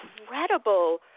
incredible